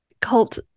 cult